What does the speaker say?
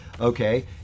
okay